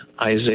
Isaiah